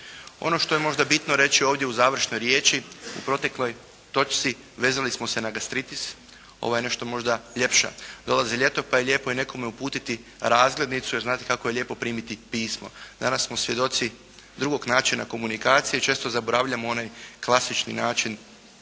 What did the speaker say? Ono što je možda bitno reći ovdje u završnoj riječi u protekloj točki vezali smo se na gastritis, ova je nešto možda ljepša. Dolazi ljeto, pa je lijepo i nekome uputiti razglednicu, jer zanate kako je lijepo primiti pismo. Danas smo svjedoci drugog načina komunikacije, često zaboravljamo onaj klasični način